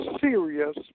serious